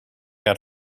had